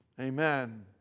Amen